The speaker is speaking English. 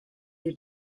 you